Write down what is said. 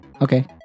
Okay